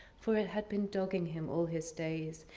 for it had been dogging him all his days.